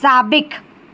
साबिक़ु